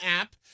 app